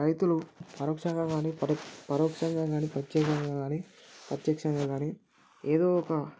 రైతులు పరోక్షంగా గానీ పరి పరోక్షంగా గానీ ప్రత్యేకంగా గానీ ప్రత్యేక్షంగా గానీ ఏదో ఒక